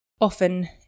Often